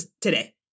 today